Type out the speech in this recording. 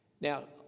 Now